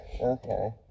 Okay